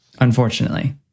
Unfortunately